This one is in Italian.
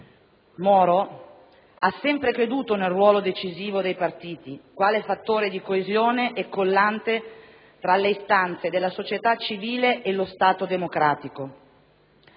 Moro ha sempre creduto nel ruolo decisivo dei partiti quale fattore di coesione e collante tra le istanze della società civile e lo Stato democratico.